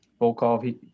Volkov